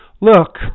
Look